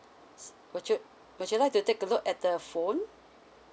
s~ would you would you like to take a look at the phone